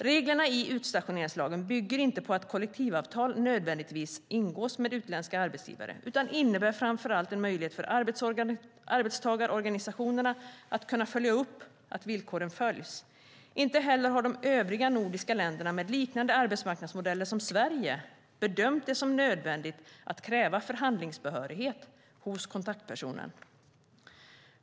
Reglerna i utstationeringslagen bygger inte på att kollektivavtal nödvändigtvis ingås med utländska arbetsgivare utan innebär framför allt en möjlighet för arbetstagarorganisationerna att följa upp att villkoren följs. Inte heller har de övriga nordiska länderna, med liknande arbetsmarknadsmodeller som Sverige, bedömt det som nödvändigt att kräva förhandlingsbehörighet hos kontaktpersonen.